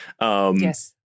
Yes